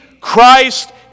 Christ